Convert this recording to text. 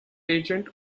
agent